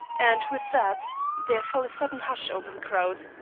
and with that there fell a sudden hush over the crowd,